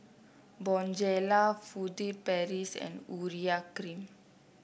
Bonjela Furtere Paris and Urea Cream